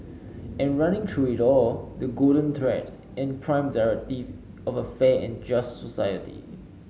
and running through it all the golden thread and prime directive of a fair and just society